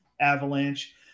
Avalanche